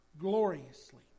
gloriously